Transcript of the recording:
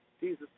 Jesus